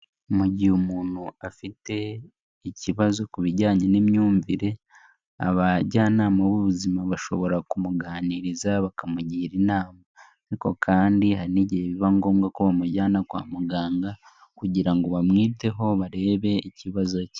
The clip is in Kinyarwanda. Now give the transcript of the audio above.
Mu gihe umuntu afite ikibazo ku bijyanye n'imyumvire, abajyanama b'ubuzima bashobora kumuganiriza bakamugira inama. Ariko kandi hari n'igihe biba ngombwa ko bamujyana kwa muganga, kugira ngo bamwiteho barebe ikibazo cye.